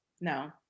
no